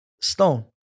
stone